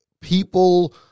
people